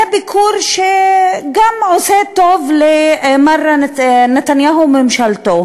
זה ביקור שגם עושה טוב למר נתניהו וממשלתו,